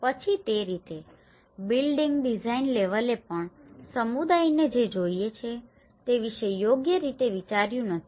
તેથી તે રીતે બિલ્ડિંગ ડિઝાઇન લેવલે પણ સમુદાયને જે જોઈએ છે તે વિશે યોગ્ય રીતે વિચાર્યું નથી